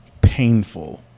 painful